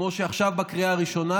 כמו שעכשיו בקריאה הראשונה,